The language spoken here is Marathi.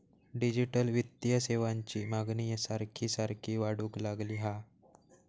डिजिटल वित्तीय सेवांची मागणी सारखी सारखी वाढूक लागली हा